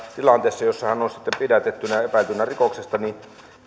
tilanteessa jossa hän on sitten pidätettynä ja epäiltynä rikoksesta